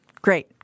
great